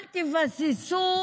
אל תבססו